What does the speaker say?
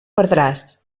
perdràs